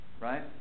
Right